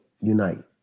unite